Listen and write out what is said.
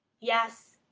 yes,